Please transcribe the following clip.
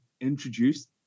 introduced